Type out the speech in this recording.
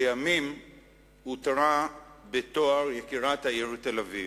לימים עוטרה בתואר יקירת העיר תל-אביב.